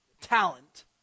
talent